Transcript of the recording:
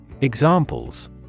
Examples